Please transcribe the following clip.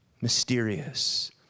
mysterious